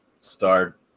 start